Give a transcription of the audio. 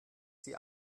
sie